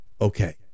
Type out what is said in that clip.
Okay